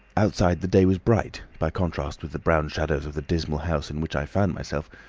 outside the day was bright by contrast with the brown shadows of the dismal house in which i found myself,